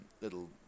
little